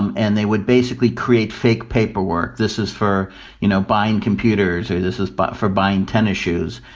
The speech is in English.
and and they would basically create fake paperwork. this is for you know buying computers or this is but for buying tennis shoes,